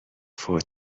فوت